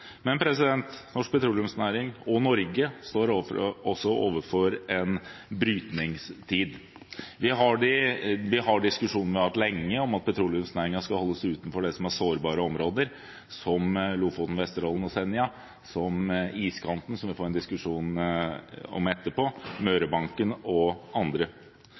Men norsk petroleumsnæring og Norge står også overfor en brytningstid. Vi har den diskusjonen vi har hatt lenge, om at petroleumsnæringen skal holdes utenfor sårbare områder som Lofoten, Vesterålen og Senja, som iskanten – som vi vil få en diskusjon om etterpå – Mørebankene og andre.